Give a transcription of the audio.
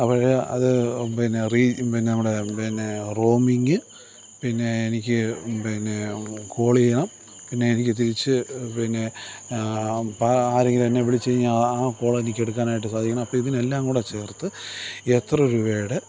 അപ്പോൾ അത് പിന്നെ റി പിന്നെ നമ്മുടെ പിന്നെ റോമിങ്ങ് പിന്നെ എനിക്ക് പിന്നെ കോൾ ചെയ്യണം പിന്നെ എനിക്ക് തിരിച്ച് പിന്നെ അപ്പമാരെങ്കിലും എന്നെ വിളിച്ച് കഴിഞ്ഞാൽ ആ ആ കോളെനിക്ക് എടുക്കാനായിട്ട് സാധിക്കണം അപ്പമതിനെല്ലാം കൂടി ചേർത്ത് എത്ര രൂപയുടെ